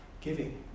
giving